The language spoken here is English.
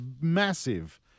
massive